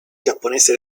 giapponese